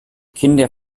kinder